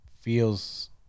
feels